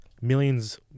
millions